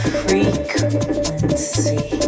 frequency